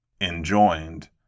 enjoined